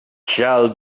shall